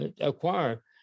acquire